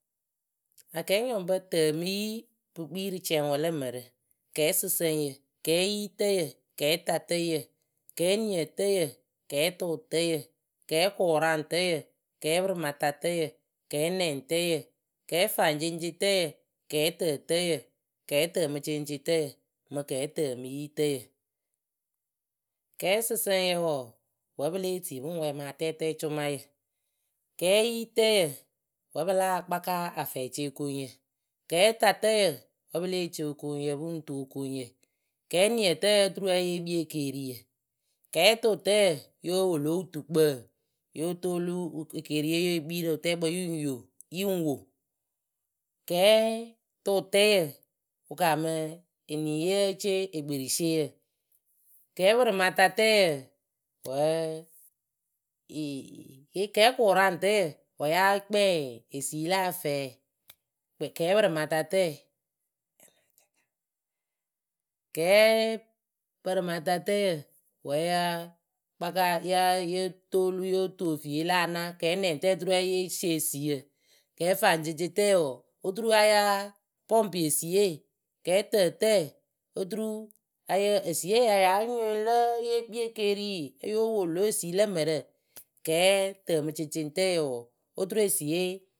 Akɛɛnyɔŋpǝ tǝ mɨ yi pɨ kpii rɨ cɛŋwǝ lǝ mǝrǝ Kɛɛsɨsǝŋyǝ, kɛɛyitǝyǝ, kɛɛtatǝyǝ, kɛɛniǝtǝyǝ, kɛɛtʊtǝyǝ, kɛɛkʊraŋtǝyǝ, kɛɛpǝrɩmatatǝyǝ, kɛɛnɛŋtǝyǝ, kɛɛfaŋceŋceŋtǝyǝ kɛɛtǝtǝyǝ, kɛɛtǝmǝceŋceŋtǝyǝ mɨ, kɛɛtǝmǝyitǝyǝ. kɛɛsɨsǝŋyǝ wǝǝ w² pɨ lée tii pɨ ŋ wɛɛ mɨ atɛɛtɛɛcʊmayǝ kɛɛyitǝ, wǝ́ pɨ láa kpaka afɛɛceokoŋyǝ, kɛɛtatǝyǝ wǝ́ pɨ lée ce okoŋyǝ pɨ ŋ tu okoŋyǝ kɛɛniǝtǝyǝ oturu ya yée kpii ekeeriyǝ, kɛɛtʊʊtǝyǝ yóo wo lǒ wɨtukpǝ yóo toolu ekeeriye yée kpii rɨ wɨtɛɛkpǝ yɨ ŋ yo yɨ ŋ wo kɛɛtʊʊtǝyǝ wɨ kaamɨ eniyǝ yée ce ekperisieyǝ kɛɛpǝrɩmatatǝyǝ wǝǝ kɛɛkʊraŋtǝyǝ wǝ́ yáa kpɛŋ eii la afɛɛ kɛɛpɩrɩmatatǝyǝ kɛɛ pǝrɩmatatǝyǝ wǝ́ yáa. kpaka yáa yóo toolu yóo tu efiie la anaa kɛɛnɛŋtǝ oturu a yée sie esiyǝ kɛɛfaŋceŋceŋtǝyǝ wǝǝ oturu a yáa pɔŋpɩ esiye kɛɛtǝtǝɛ oturu a yǝǝ esiye ya yáa nyɩŋ lǝ a ye kpii ekeeri yóo wo lě esi lǝ mǝrǝ kɛɛtǝmɨceŋceŋtǝɛ wǝǝ oturu esiye.